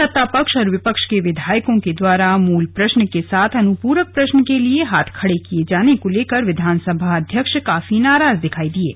सत्ता पक्ष और विपक्ष के विधायकों के द्वारा मूल प्रश्न के साथ अनुपूरक प्रश्न के लिए हाथ खड़े किए जाने को लेकर विधानसभा अध्यक्ष काफी नाराज दिखाई दिये